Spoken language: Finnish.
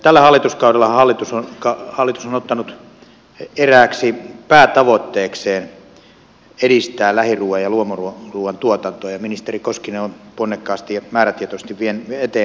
tällä hallituskaudellahan hallitus on ottanut erääksi päätavoitteekseen edistää lähiruuan ja luomuruuan tuotantoa ja ministeri koskinen on ponnekkaasti ja määrätietoisesti vienyt eteenpäin tätä tavoitetta